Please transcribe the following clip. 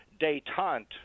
detente